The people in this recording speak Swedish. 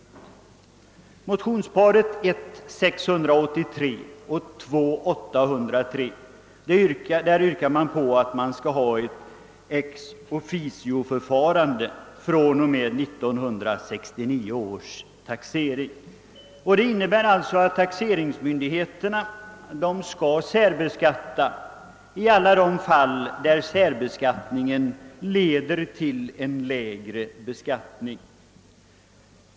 I motionsparet I: 683 och II: 803 yrkas på ett ex officio-förfarande från och med 1969 års taxering. Det innebär alltså att taxeringsmyndigheterna skulle särbeskatta i alla de fall där särbeskattningen leder till lägre skatt.